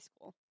school